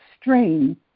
strain